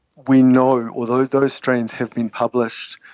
we know, those those strains have been published,